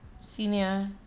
senior